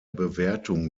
bewertung